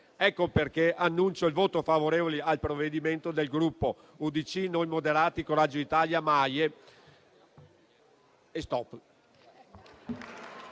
Ecco perché annuncio il voto favorevole al provvedimento del Gruppo UDC-Noi Moderati-Coraggio Italia-MAIE.